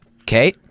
Okay